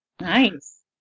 Nice